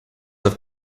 have